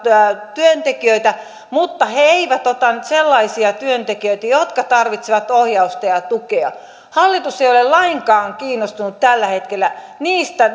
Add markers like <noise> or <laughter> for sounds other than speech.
työntekijöitä mutta he eivät ota sellaisia työntekijöitä jotka tarvitsevat ohjausta ja ja tukea hallitus ei ei ole lainkaan kiinnostunut tällä hetkellä niistä <unintelligible>